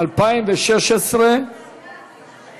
התשע"ו 2016, זה היה.